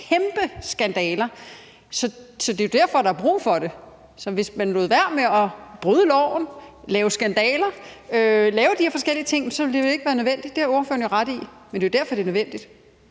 kæmpe skandaler. Så det er derfor, der er brug for det. Så hvis man lod være med at bryde loven og lave skandaler og lave de her forskellige ting, ville det jo ikke være nødvendigt; det har ordføreren jo ret i. Men det er derfor, at det er nødvendigt.